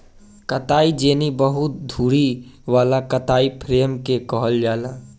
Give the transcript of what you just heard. कताई जेनी बहु धुरी वाला कताई फ्रेम के कहल जाला